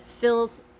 fills